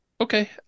Okay